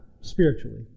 spiritually